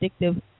addictive